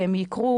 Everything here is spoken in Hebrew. והם יקרו,